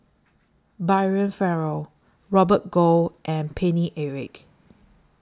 Brian Farrell Robert Goh and Paine Eric